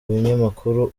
binyamakuru